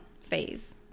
phase